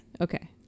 Okay